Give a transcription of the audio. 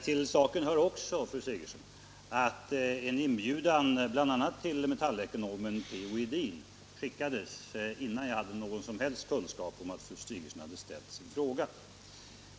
Till saken hör också, att en inbjudan bl.a. till Metallekonomen P.-O. Edin skickades innan jag hade någon som helst kunskap om att fru Sigurdsen hade ställt sin fråga.